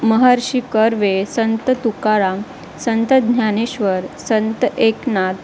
Maharshi Karve Sant Tukaram Sant Dnyaneshwar Sant Eknath